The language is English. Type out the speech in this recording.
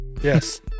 yes